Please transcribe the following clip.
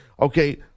okay